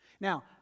Now